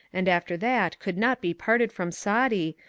and after that could not be parted from saadi,